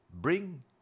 bring